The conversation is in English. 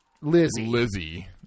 Lizzie